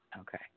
Okay